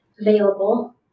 available